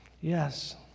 Yes